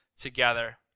together